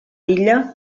l’illa